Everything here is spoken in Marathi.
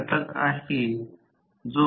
तर अशाप्रकारे उर्जा तोटा होईल 0